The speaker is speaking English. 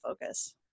focus